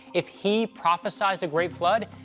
if he prophesized a great flood,